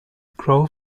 grow